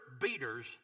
beaters